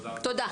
תודה.